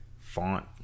font